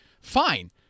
Fine